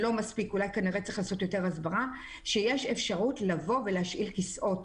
מספיק ואולי צריך לעשות יותר הסברה שיש אפשרות לבוא ולהשאיל כיסאות.